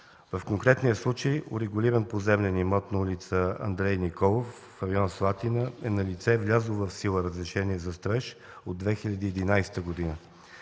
В конкретния случай – урегулиран поземлен имот на ул. „Андрей Николов”, район „Слатина”, е налице влязло в сила разрешение за строеж от 2011 г.